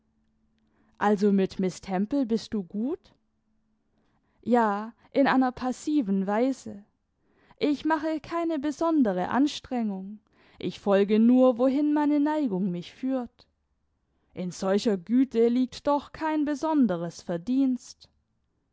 also mit miß temple bist du gut ja in einer passiven weise ich mache keine besondere anstrengung ich folge nur wohin meine neigung mich führt in solcher güte liegt doch kein besonderes verdienst